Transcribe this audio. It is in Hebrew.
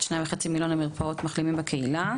של 2 וחצי מיליון שקלים לטובת מרפאות מחלימים בקהילה.